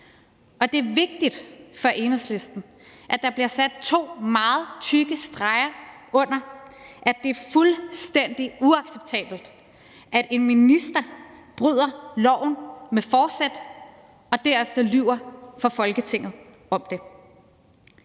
og det er vigtigt for Enhedslisten, at der bliver sat to meget tykke streger under, at det er fuldstændig uacceptabelt, at en minister bryder loven med forsæt og derefter lyver for Folketinget om det.